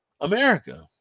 America